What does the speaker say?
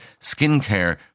skincare